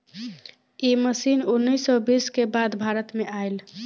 इ मशीन उन्नीस सौ बीस के बाद भारत में आईल